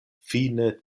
fine